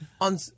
On